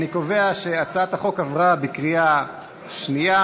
אני קובע שהצעת החוק עברה בקריאה שנייה.